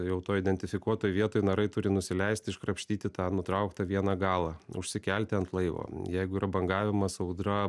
jau toj identifikuotoj vietoj narai turi nusileist iškrapštyti tą nutrauktą vieną galą užsikelti ant laivo jeigu yra bangavimas audra